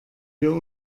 wir